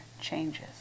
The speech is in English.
changes